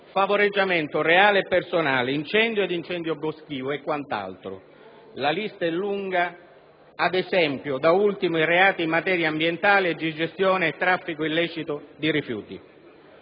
favoreggiamento reale e personale, l'incendio e l'incendio boschivo e quant'altro. La lista è lunga. Ad esempio, da ultimo, i reati in materia ambientale e di gestione e traffico illecito di rifiuti.